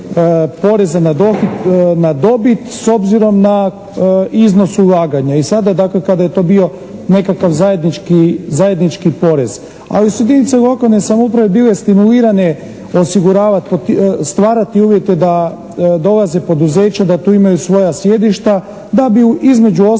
poreza na dobit s obzirom na iznos ulaganja i sada dakle kada je to bio nekakav zajednički porez, ali su jedinice lokalne samouprave bile stimulirane osiguravati, stvarati uvjete da dolaze poduzeća, da tu imaju svoja sjedišta da bi između ostalog